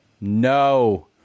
no